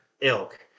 ilk